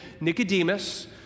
Nicodemus